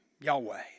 Yahweh